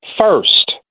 first